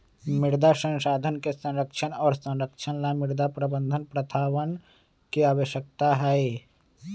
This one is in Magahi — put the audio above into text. मृदा संसाधन के संरक्षण और संरक्षण ला मृदा प्रबंधन प्रथावन के आवश्यकता हई